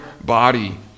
body